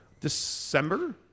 December